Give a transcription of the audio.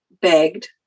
begged